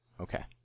Okay